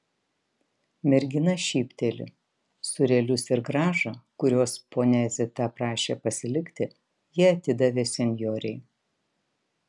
mergina šypteli sūrelius ir grąžą kuriuos ponia zita prašė pasilikti ji atidavė senjorei